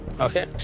Okay